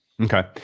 Okay